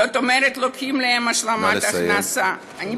זאת אומרת, לוקחים להם השלמת הכנסה, נא לסיים.